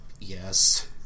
Yes